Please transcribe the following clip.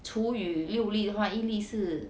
处于六粒的话一粒是